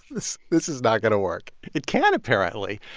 this this is not going to work it can, apparently.